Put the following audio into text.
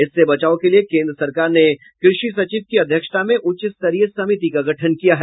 इससे बचाव के लिये केंद्र सरकार ने कृषि सचिव की अध्यक्षा में उच्च स्तरीय समिति का गठन किया है